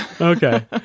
Okay